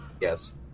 Yes